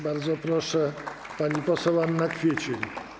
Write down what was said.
Bardzo proszę, pani poseł Anna Kwiecień.